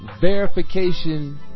Verification